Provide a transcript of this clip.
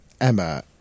Emma